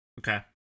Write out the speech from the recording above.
Okay